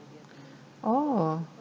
orh